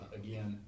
again